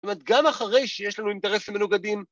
‫זאת אומרת, גם אחרי שיש לנו ‫אינטרסים מנוגדים...